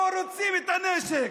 לא רוצים את הנשק.